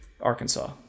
Arkansas